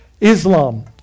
Islam